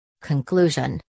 Conclusion